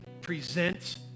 present